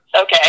okay